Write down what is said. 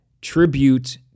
tribute